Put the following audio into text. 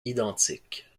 identiques